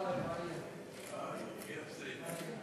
גברתי היושבת-ראש,